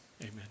amen